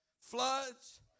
floods